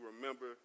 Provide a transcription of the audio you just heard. remember